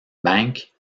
bank